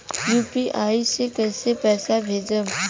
UPI से कईसे पैसा भेजब?